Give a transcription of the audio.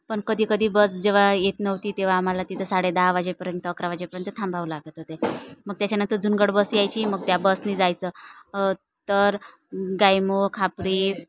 पण कधी कधी बस जेव्हा येत नव्हती तेव्हा आम्हाला तिथं साडेदहा वाजेपर्यंत अकरा वाजेपर्यंत थांबावं लागत होते मग त्याच्यानंतर जुनगड बस यायची मग त्या बसने जायचं तर गायमुख खापरी